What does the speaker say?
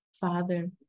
Father